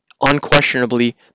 unquestionably